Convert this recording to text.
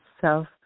self